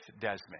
Desmond